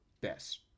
Best